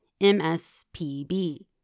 MSPB